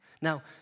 Now